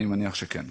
אני מניח שכן.